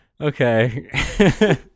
Okay